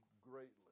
greatly